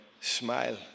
smile